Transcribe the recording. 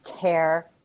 care